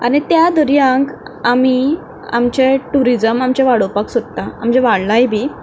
आनी त्या दर्याक आमीं आमचें टुरीजम आमचें वाडोपाक सोदता आमचें वाडलांय बी